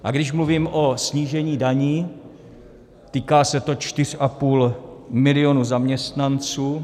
A když mluvím o snížení daní, týká se to 4,5 milionu zaměstnanců.